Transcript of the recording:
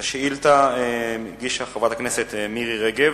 את השאילתא הגישה חברת הכנסת מירי רגב.